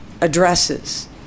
addresses